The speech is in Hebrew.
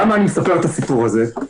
למה אני מספר את הסיפור הזה?